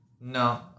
No